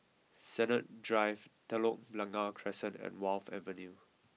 Sennett Drive Telok Blangah Crescent and Wharf Avenue